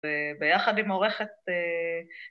‫וביחד עם עורכת אה...